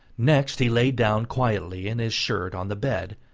next, he lay down quietly in his shirt on the bed,